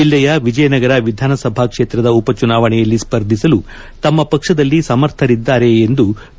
ಜಿಲ್ಲೆಯ ವಿಜಯನಗರ ವಿಧಾನಸಭಾ ಕ್ಷೇತ್ರದ ಉಪಚುನಾವಣೆಯಲ್ಲಿ ಸ್ಪರ್ಧಿಸಲು ತಮ್ಮ ಪಕ್ಷದಲ್ಲಿ ಸಮರ್ಥರಿದ್ದಾರೆ ಎಂದು ವಿ